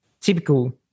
typical